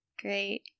Great